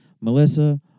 melissa